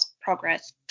progress